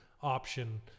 option